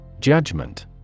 Judgment